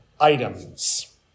items